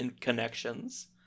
connections